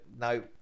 No